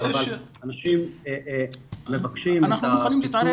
אבל אנשים מבקשים את --- ככל